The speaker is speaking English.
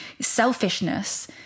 selfishness